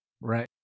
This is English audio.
right